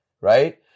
right